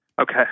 Okay